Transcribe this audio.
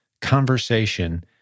conversation